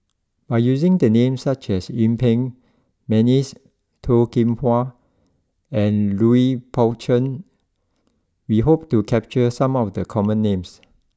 by using names such as Yuen Peng McNeice Toh Kim Hwa and Lui Pao Chuen we hope to capture some of the common names